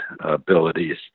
abilities